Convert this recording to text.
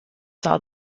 saw